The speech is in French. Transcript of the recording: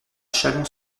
chalon